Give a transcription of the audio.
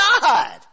God